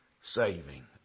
saving